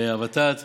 ות"ת